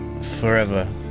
forever